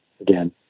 again